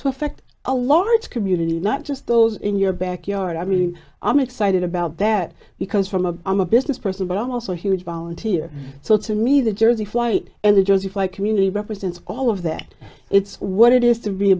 to affect a large community not just those in your backyard i mean i'm excited about that because from a i'm a business person but also a huge volunteer so to me the jersey flight and the jersey fly community represents all of that it's what it is to be a